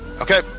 Okay